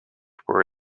were